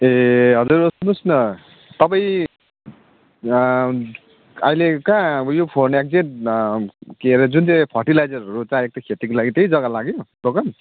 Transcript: ए हजुर सुन्नुहोस् न तपाईँ अहिले कहाँ ऊ यो फोन एक्जेक्ट के अरे जुन चाहिँ फर्टिलाइजरहरू चाहिएको थियो खेतीको लागि त्यही जग्गा लाग्यो दोकान